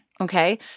okay